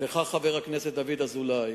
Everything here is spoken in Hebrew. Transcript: לך, חבר הכנסת דוד אזולאי,